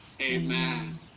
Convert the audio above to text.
Amen